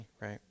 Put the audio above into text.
right